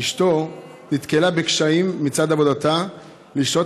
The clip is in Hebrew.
אשתו נתקלה בקשיים מצד עבודתה לשהות